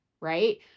right